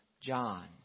John